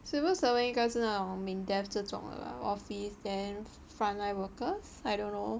civil servant 应该是那种 mindef 这种 lah 的 office then frontline workers I don't know